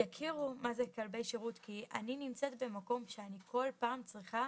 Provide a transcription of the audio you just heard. יכירו מה זה כלבי שירות כי אני נמצאת במקום שאני כל פעם צריכה